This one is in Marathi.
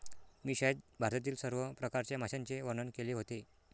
मी शाळेत भारतातील सर्व प्रकारच्या माशांचे वर्णन केले होते